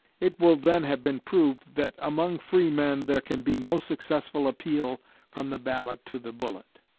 it will then have been proved that among freemen there can be no successful appeal from the ballot to the bullet,